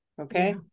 okay